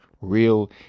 real